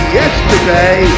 yesterday